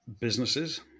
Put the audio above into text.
businesses